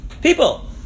people